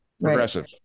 progressive